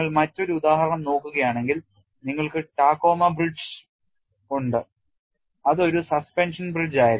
നിങ്ങൾ മറ്റൊരു ഉദാഹരണം നോക്കുകയാണെങ്കിൽ നിങ്ങൾക്ക് ടാക്കോമ ബ്രിഡ്ജ് ഉണ്ട് അത് ഒരു സസ്പെൻഷൻ ബ്രിഡ്ജായിരുന്നു